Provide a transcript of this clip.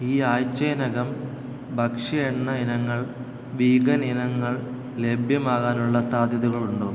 ഈ ആഴ്ച്ചേനകം ഭക്ഷ്യ എണ്ണ ഇനങ്ങൾ വീഗൻ ഇനങ്ങൾ ലഭ്യമാകാനുള്ള സാധ്യതകളുണ്ടോ